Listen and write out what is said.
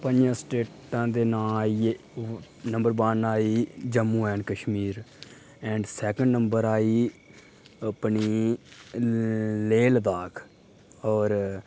पञें स्टेटें दे नांऽ आई गे नंबर वन आई Jammu and Kashmir and second number आई अपनी लेह् लद्दाख और